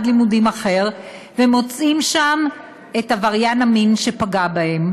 לימודים אחר ומוצאים שם את עבריין המין שפגע בהם.